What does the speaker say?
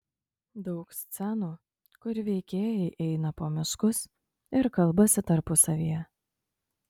daug scenų kur veikėjai eina po miškus ir kalbasi tarpusavyje